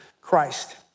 Christ